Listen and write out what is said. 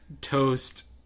toast